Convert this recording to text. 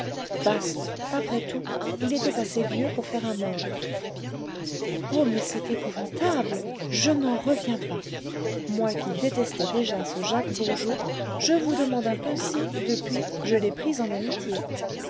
bast après tout il était assez vieux pour faire un mort oh mais c'est épouvantable je n'en reviens pas moi qui détestais déjà ce jacques bourgeot je vous demanda un peu si depuis je l'ai pris en amitié